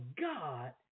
God